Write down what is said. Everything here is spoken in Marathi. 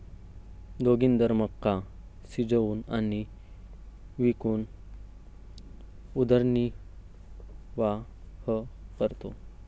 जोगिंदर मका शिजवून आणि विकून उदरनिर्वाह करतो